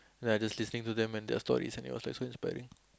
then I just listening to them and their stories and it was like so inspiring